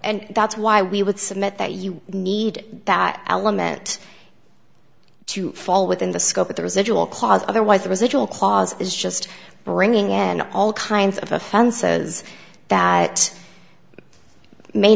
and that's why we would submit that you need that element to fall within the scope of the residual cause otherwise the residual clause is just bringing in all kinds of offenses that may